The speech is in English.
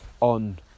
on